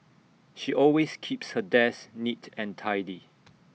she always keeps her desk neat and tidy